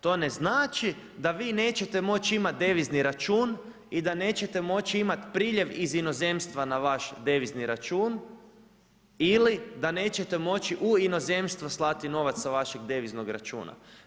To ne znači da vi nećete moći imati devizni račun i da neće moći imati priljev iz inozemstva na vaš devizni račun ili da neće moći u inozemstvo slati novac sa vašeg deviznog računa.